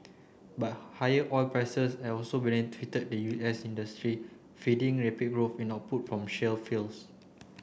but higher oil prices have also the U S industry feeding rapid growth in output from shale fields